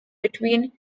between